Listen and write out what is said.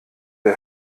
der